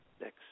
next